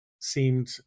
seemed